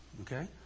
okay